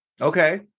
Okay